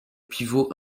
pivot